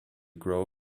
grow